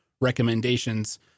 recommendations